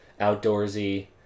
outdoorsy